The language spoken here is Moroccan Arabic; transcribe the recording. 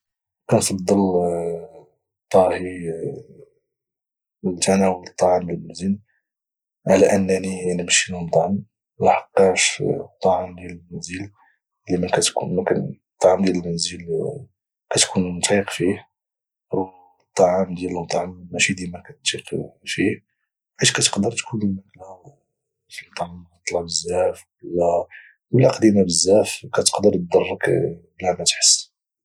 كنفضل الطاهي لتناول الطعام بالمنزل على انني نمشي للمطعم لحقاش الطعام ديال المنزل اللي ما كاتكون ثايق فيه الطعم ديال المطعم ماشي ديما كتيق فيه وحيت كتقدر تكون الماكلة في المطعم معطلة بزاف ولى قديمة بزاف كتقدر ضرك بلا متحس